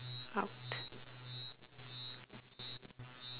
out